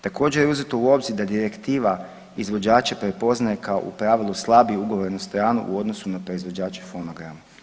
Također je uzeto u obzir da direktiva izvođače prepoznaje kao u pravilu slabije ugovornu stranu u odnosu na proizvođače fonograma.